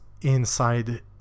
inside